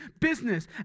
business